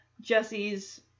Jesse's